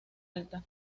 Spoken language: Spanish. alta